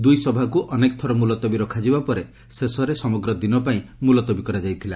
ଦୁଇ ସଭାକୁ ଅନେକ ଥର ମୁଲତବୀ ରଖାଯିବା ପରେ ଶେଷରେ ସମଗ୍ର ଦିନ ପାଇଁ ମୁଲତବୀ କରାଯାଇଥିଲା